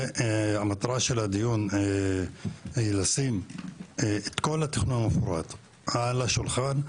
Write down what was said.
המטרה של הדיון היא לשים את כל התכנון המפורט על השולחן,